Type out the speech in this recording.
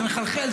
זה מחלחל,